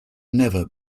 never